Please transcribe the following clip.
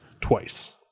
twice